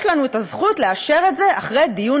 יש לנו את הזכות לאשר את זה אחרי דיון